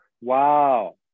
Wow